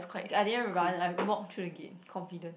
okay I didn't run I walk through the gate confident